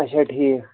اَچھا ٹھیٖک